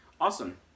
awesome